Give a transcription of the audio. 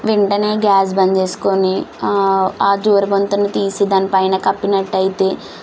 వెంటనే గ్యాస్ బంద్ చేసుకొని ఆ జోరబొంతను తీసి దానిపైన కప్పినట్టయితే